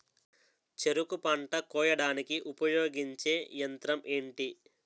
చెరుకు పంట కోయడానికి ఉపయోగించే యంత్రం ఎంటి?